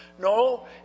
No